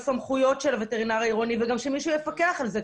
גם צריך שיהיה מישהו שיפקח על זה,